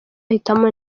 hitamo